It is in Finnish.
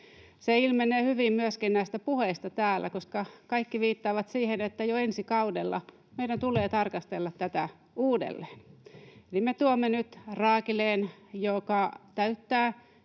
Se ilmenee hyvin myöskin näistä puheista täällä, koska kaikki viittaavat siihen, että jo ensi kaudella meidän tulee tarkastella tätä uudelleen. Me tuomme nyt raakileen, joka täyttää